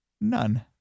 none